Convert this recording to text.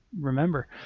remember